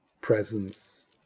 presence